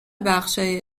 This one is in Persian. بخشهای